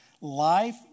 Life